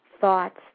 thoughts